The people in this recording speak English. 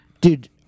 Dude